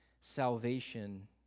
salvation